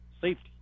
safety